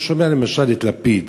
הוא שומע למשל את לפיד,